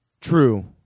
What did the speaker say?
True